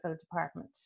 department